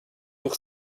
pour